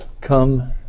come